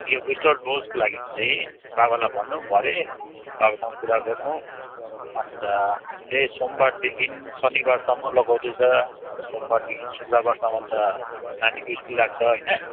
यो बुस्टर डोजको लागि चाहिँ बाबालाई भन्नु भरे बाबासँग कुरा गर्नु अन्त हामीले सोमवारदेखि शनिवारसम्म लगाउँदै छ र सोमवारदेखि शुक्रवारसम्म त नानीको स्कुल लाग्छ होइन